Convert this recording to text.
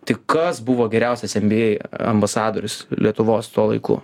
tik kas buvo geriausias nba ambasadorius lietuvos tuo laiku